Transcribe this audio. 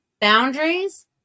boundaries